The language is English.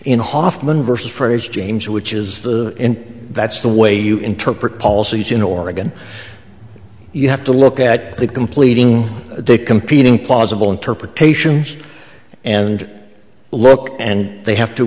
in hoffman versus phrase james which is the that's the way you interpret policies in oregon you have to look at the completing the competing plausible interpretations and look and they have to